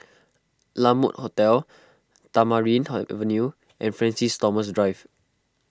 La Mode Hotel Tamarind Avenue and Francis Thomas Drive